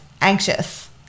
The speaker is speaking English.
anxious